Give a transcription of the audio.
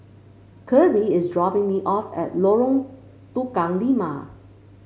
Kirby is dropping me off at Lorong Tukang Lima